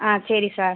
ஆ சரி சார்